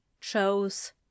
chose